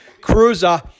Cruiser